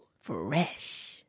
Fresh